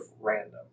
random